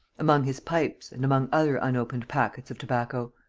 among his pipes and among other unopened packets of tobacco.